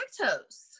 lactose